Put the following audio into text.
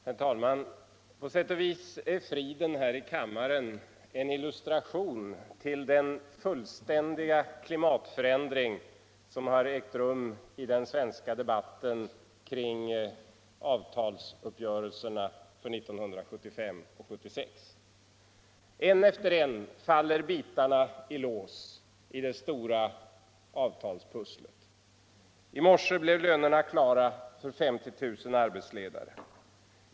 Herr talman! På sätt och vis är friden här i kammaren en illustration till den fullständiga klimatförändring som har ägt rum i den svenska debatten kring avtalsuppgörelserna för 1975 och 1976. En efter en faller bitarna i lås i det stora avtalspusslet. I morse blev lönerna klara för 50 000 arbetsledare.